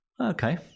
okay